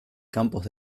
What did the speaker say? campos